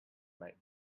might